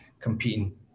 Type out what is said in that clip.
competing